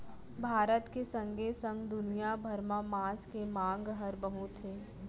भारत के संगे संग दुनिया भर म मांस के मांग हर बहुत हे